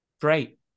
Great